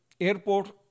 airport